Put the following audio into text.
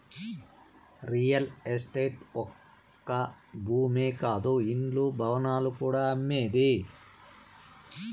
real estate ఒక్క భూమే కాదు ఇండ్లు, భవనాలు కూడా అమ్మేదే